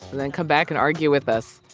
and then come back and argue with us.